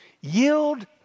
Yield